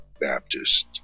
Baptist